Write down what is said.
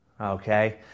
okay